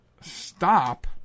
stop